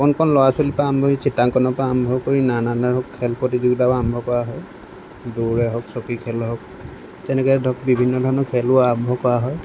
কণ কণ ল'ৰা ছোৱালীৰ পৰা আৰম্ভ কৰি চিত্ৰাংকনৰ পৰা আৰম্ভ কৰি নানান ধৰণৰ খেল প্ৰতিযোগীতাও আৰম্ভ কৰা হয় দৌৰে হওক চকী খেল হওক তেনেকৈ ধৰক বিভিন্ন ধৰণৰ খেলো আৰম্ভ কৰা হয়